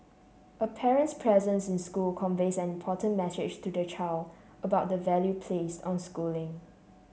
a parent's presence in school conveys an important message to the child about the value placed on schooling